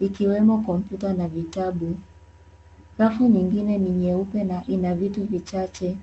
ikiwemo kompyuta na vitabu. Rafu nyingine ni nyeupe na ina vitu vichache.